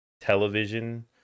television